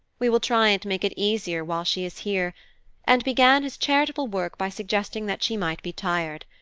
we will try and make it easier while she is here and began his charitable work by suggesting that she might be tired.